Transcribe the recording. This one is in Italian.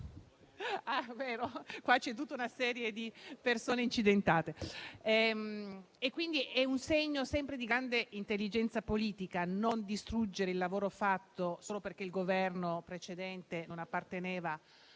Ah, vero, qua c'è tutta una serie di persone incidentate. È sempre un segno di grande intelligenza politica quello di non distruggere il lavoro fatto solo perché il Governo precedente non apparteneva